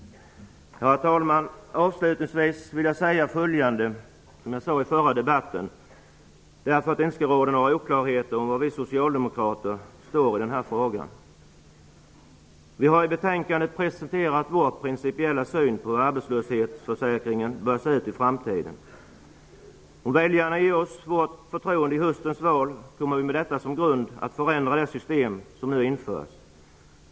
Herr talman! För att det inte skall råda några oklarheter om var vi socialdemokrater står i denna fråga vill jag avslutningsvis jag säga följande, som jag också sade i den förra debatten: Vi har i betänkandet presenterat vår principiella syn på hur arbetslöshetsförsäkringen bör se ut i framtiden. Om väljarna ger oss sitt förtroende i höstens val kommer vi med detta som grund att förändra det system som nu införs.